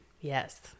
yes